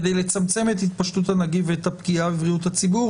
כדי לצמצם את התפשטות הנגיף ואת הפגיעה בבריאות הציבור,